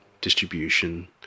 distribution